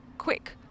quick